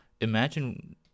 imagine